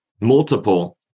multiple